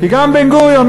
גם בן-גוריון,